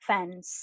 Fans